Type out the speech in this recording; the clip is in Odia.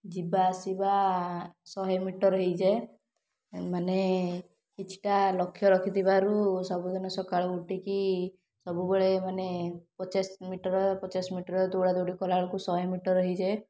ଯିବା ଆସିବା ଶହେ ମିଟର୍ ହେଇଯାଏ ମାନେ କିଛିଟା ଲକ୍ଷ୍ୟ ରଖିଥିବାରୁ ସବୁଦିନ ସକାଳୁ ଉଠିକି ସବୁବେଳେ ମାନେ ପଚାଶ ମିଟର୍ ପଚାଶ ମିଟର୍ ଦୌଡ଼ାଦୌଡ଼ି କଲାବେଳକୁ ଶହେ ମିଟର୍ ହୋଇଯାଏ